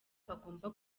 bagomba